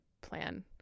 plan